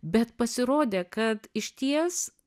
bet pasirodė kad išties